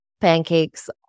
pancakes